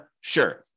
Sure